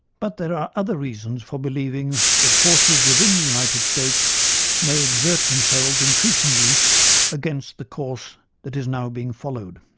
but there are other reasons for believing that forces within the united states may exert themselves and against the course that is now being followed.